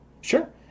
Sure